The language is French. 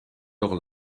heure